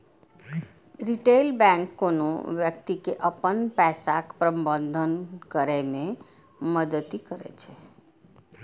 retail bank कोनो व्यक्ति के अपन पैसाक प्रबंधन करै मे मदति करै छै